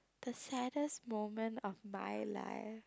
the saddest moment of my life